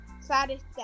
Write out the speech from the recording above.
saddest